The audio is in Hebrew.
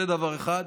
זה דבר אחד.